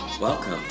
Welcome